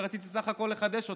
ורציתי בסך הכול לחדש אותה,